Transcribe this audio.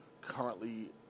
currently